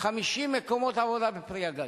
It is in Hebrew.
50 מקומות עבודה ב"פרי הגליל".